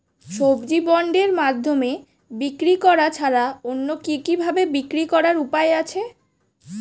সবজি বন্ডের মাধ্যমে বিক্রি করা ছাড়া অন্য কি কি ভাবে বিক্রি করার উপায় আছে?